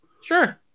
sure